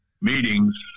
meetings